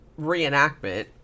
reenactment